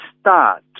start